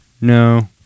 No